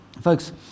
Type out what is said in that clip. Folks